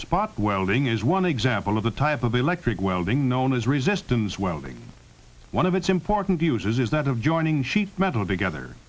spot welding is one example of the type of electric welding known as resistance welding one of its important uses is that of joining sheet metal together